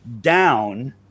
down